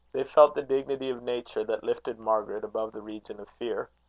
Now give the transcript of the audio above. they felt the dignity of nature that lifted margaret above the region of fear.